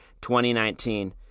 2019